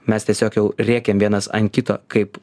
mes tiesiog jau rėkėm vienas ant kito kaip